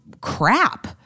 crap